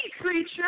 creature